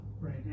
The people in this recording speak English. Right